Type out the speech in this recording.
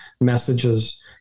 messages